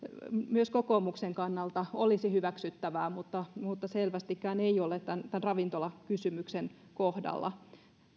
myös kokoomuksen kannalta olisi hyväksyttävää mutta mutta selvästikään ei ole tämän ravintolakysymyksen kohdalla